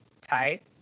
tight